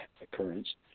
occurrence